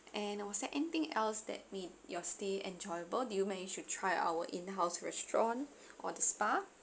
and was there anything else that made your stay enjoyable did you managed to try our in house restaurant or the spa